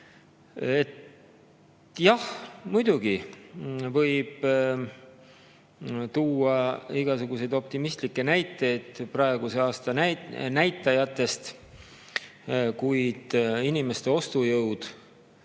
Jah, muidugi võib tuua igasuguseid optimistlikke näiteid praeguse aasta näitajatest, kuid pärast kõigi